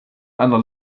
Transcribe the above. einer